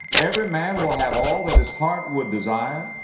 every man will have all that his heart would desire?